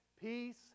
peace